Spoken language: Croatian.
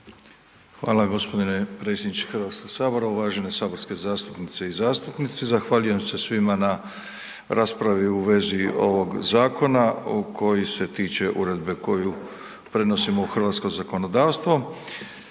Hvala gospodine predsjedniče Hrvatskog sabora. Uvažene saborske zastupnice i zastupnici zahvaljujem se svima na raspravi u vezi ovog zakona koji se tiče uredbe koju prenosimo u hrvatsko zakonodavstvo.